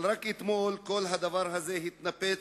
אבל רק אתמול כל הדבר הזה התנפץ,